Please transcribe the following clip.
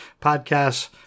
podcasts